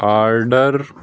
order